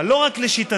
אבל לא רק לשיטתי,